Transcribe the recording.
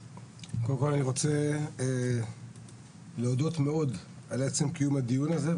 קודם כל אני רוצה להודות מאוד על עצם קיום הדיון הזה,